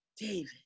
david